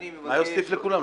מה יוסיף לכולם?